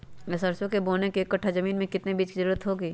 सरसो बोने के एक कट्ठा जमीन में कितने बीज की जरूरत होंगी?